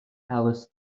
alice